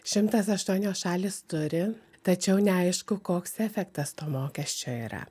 šimtas aštuonios šalys turi tačiau neaišku koks efektas to mokesčio yra